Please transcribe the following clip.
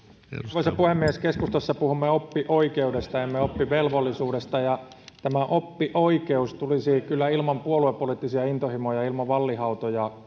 arvoisa puhemies keskustassa puhumme oppioikeudesta emme oppivelvollisuudesta ja tämä oppioikeus tulisi kyllä ilman puoluepoliittisia intohimoja ja ilman vallihautoja